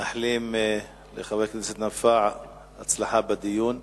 אנו מאחלים לחבר הכנסת נפאע הצלחה בדיון.